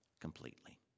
completely